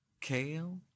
kale